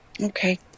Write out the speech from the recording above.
Okay